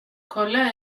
kolla